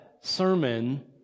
sermon